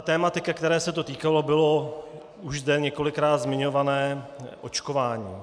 Tematika, které se to týkalo, bylo už zde několikrát zmiňované očkování.